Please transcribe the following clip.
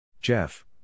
Jeff